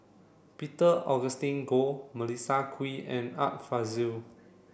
Peter Augustine Goh Melissa Kwee and Art Fazil